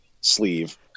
sleeve